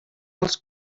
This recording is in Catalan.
els